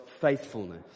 faithfulness